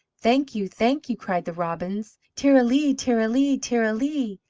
thank you, thank you, cried the robins. ter-ra-lee, ter-ra-lee, ter-ra-lee!